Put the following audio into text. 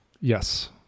Yes